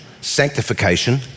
sanctification